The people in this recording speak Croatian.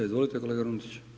Izvolite kolega Runtić.